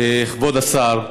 כבוד השר,